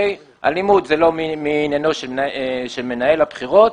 אלימות זה לא מעניינו של מנהל הבחירות.